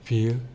बेयो